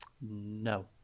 No